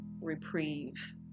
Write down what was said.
reprieve